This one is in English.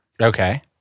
Okay